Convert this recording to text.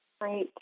Great